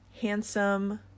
handsome